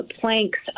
planks